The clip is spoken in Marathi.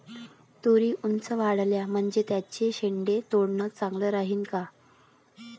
तुरी ऊंच वाढल्या म्हनजे त्याचे शेंडे तोडनं चांगलं राहीन का?